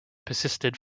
persisted